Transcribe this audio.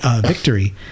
Victory